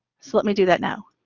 so let me do that now.